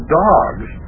dogs